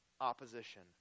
opposition